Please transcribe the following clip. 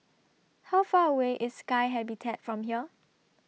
How Far away IS Sky Habitat from here